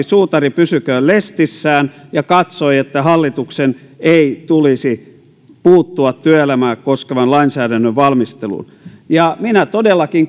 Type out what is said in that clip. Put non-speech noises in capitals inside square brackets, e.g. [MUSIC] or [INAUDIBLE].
[UNINTELLIGIBLE] suutari pysyköön lestissään ja katsoi että hallituksen ei tulisi puuttua työelämää koskevan lainsäädännön valmisteluun minä todellakin [UNINTELLIGIBLE]